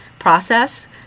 process